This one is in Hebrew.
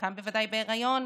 חלקן בוודאי בהיריון,